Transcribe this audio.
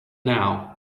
now